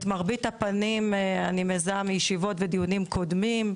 את מרבית הפנים אני מזהה מישיבות ודיונים קודמים,